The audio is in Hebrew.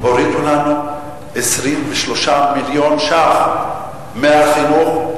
הורידו לנו 23 מיליון ש"ח מהחינוך.